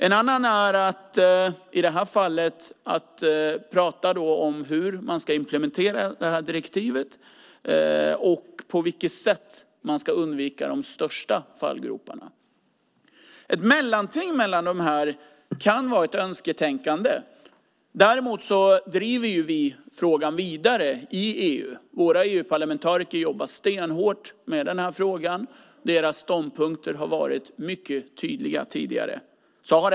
Ett annat alternativ är att prata om hur man ska implementera direktivet och på vilket sätt man ska undvika de största fallgroparna. Ett mellanting mellan dessa kan vara ett önsketänkande. Vi driver ju frågan vidare i EU. Våra EU-parlamentariker jobbar stenhårt med den här frågan. Deras ståndpunkter har varit mycket tydliga tidigare.